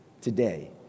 today